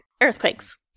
earthquakes